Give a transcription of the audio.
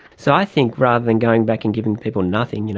so i think rather than going back and giving people nothing, you know,